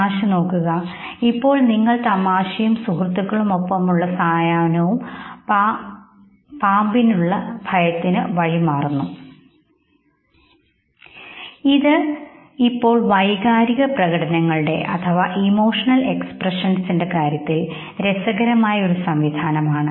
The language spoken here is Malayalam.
തമാശ നോക്കൂ ഇപ്പോൾ നിങ്ങൾ തമാശയും സുഹൃത്തുക്കളോടൊപ്പമുള്ള സായാഹ്നവും പാമ്പിനോടുള്ള ഭയത്തിനു വഴി മാറുന്നു ശരി ഇത് ഇപ്പോൾ വൈകാരിക പ്രകടനങ്ങളുടെ കാര്യത്തിൽ ഒരു രസകരമായ സംവിധാനമാണ്